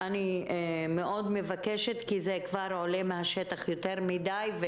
אני מאוד מבקשת כי זה כבר עולה יותר מדיי מהשטח.